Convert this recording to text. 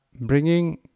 Bringing